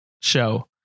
show